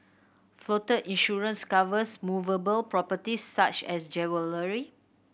floater insurance covers movable properties such as jewellery